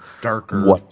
darker